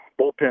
bullpen